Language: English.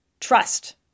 trust